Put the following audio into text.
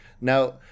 Now